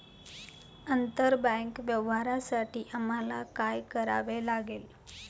आंतरबँक व्यवहारांसाठी आम्हाला काय करावे लागेल?